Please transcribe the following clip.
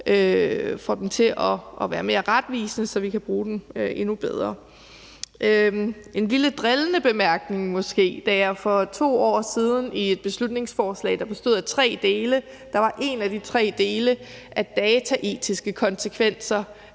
får dem til at være mere retvisende, så vi kan bruge dem endnu bedre. Jeg har en lille måske drillende bemærkning. For 2 år siden var der et beslutningsforslag, der bestod af tre dele, og en af de tre dele var, at dataetiske konsekvenser